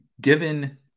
given